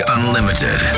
Unlimited